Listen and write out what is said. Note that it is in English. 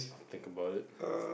think about it